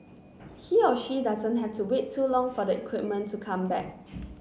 he or she doesn't have to wait too long for the equipment to come back